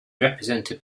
represented